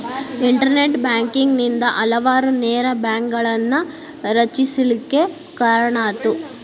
internet banking ನಿಂದಾ ಹಲವಾರು ನೇರ ಬ್ಯಾಂಕ್ಗಳನ್ನ ರಚಿಸ್ಲಿಕ್ಕೆ ಕಾರಣಾತು